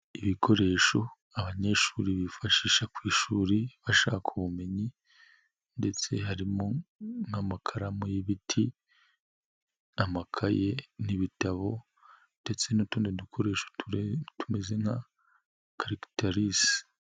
Ibikoresho abanyeshuri bifashisha ku ishuri bashaka ubumenyi ndetse harimo n'amakaramu y'ibiti, amakaye n'ibitabo ndetse n'utundi dukoresho turimo tumeze nka karikatirisi.